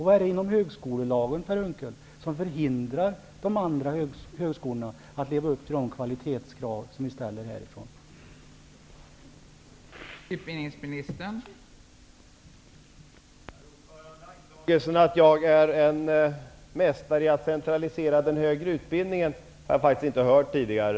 Vad är det i högskolelagen, Per Unckel, som förhindrar de andra högskolorna att leva upp till de kvalitetskrav som vi ställer här i riksdagen?